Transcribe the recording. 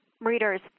readers